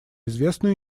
известную